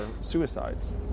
suicides